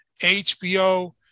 HBO